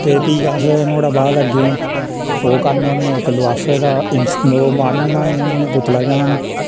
ते फ्ही अस नुहाड़े बाद अग्गें ओह् करने होन्ने इक लफाफे दा इंस माह्नू बनान्ने होन्ने पुतला जन